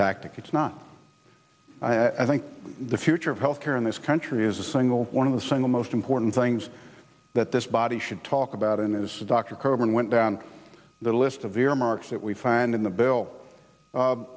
tactic it's not i think the future of health care in this country is the single one of the single most important things that this body should talk about and this is dr coburn went down the list of earmarks that we find in the bill